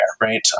right